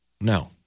No